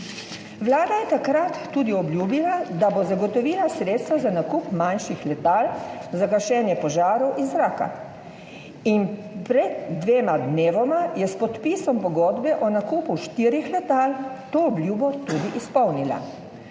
Vlada je takrat tudi obljubila, da bo zagotovila sredstva za nakup manjših letal za gašenje požarov iz zraka in pred dvema dnevoma je s podpisom pogodbe o nakupu štirih letal to obljubo tudi izpolnila.